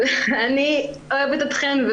אני אוהבת אתכם.